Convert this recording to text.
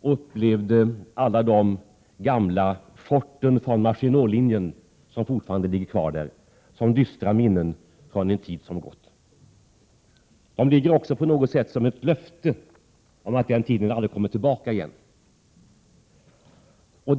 och upplevde alla de gamla forten från Maginotlinjen, vilka fortfarande ligger kvar där som dystra minnen från en tid som har gått. De ligger också där på något sätt som ett löfte om att den tiden aldrig mer skall komma tillbaka.